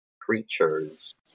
creatures